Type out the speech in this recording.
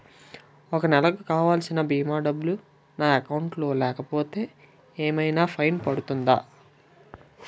ఒక నెలకు కావాల్సిన భీమా డబ్బులు నా అకౌంట్ లో లేకపోతే ఏమైనా ఫైన్ పడుతుందా?